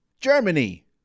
Germany